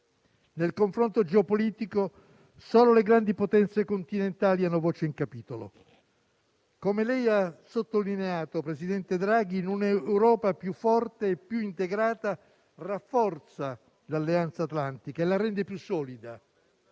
nel confronto geopolitico, solo le grandi potenze continentali hanno voce in capitolo. Come lei ha sottolineato, presidente Draghi, un'Europa più forte e più integrata rafforza l'alleanza Atlantica e la rende più solida.